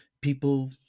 people